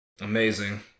Amazing